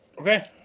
Okay